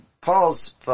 Paul's